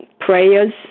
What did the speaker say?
prayers